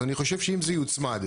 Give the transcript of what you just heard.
ואני חושב שאם זה יוצמד,